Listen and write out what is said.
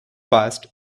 passed